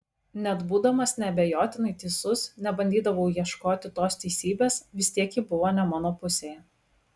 net būdamas neabejotinai teisus nebandydavau ieškoti tos teisybės vis tiek ji buvo ne mano pusėje